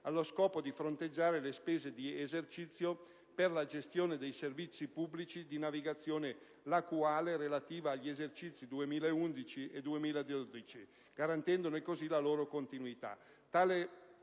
allo scopo di fronteggiare le spese di esercizio per la gestione dei servizi pubblici di navigazione lacuale relative agli esercizi 2011 e 2012 garantendone così la continuità.